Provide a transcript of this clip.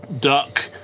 Duck